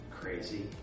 crazy